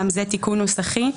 גם זה תיקון נוסחי,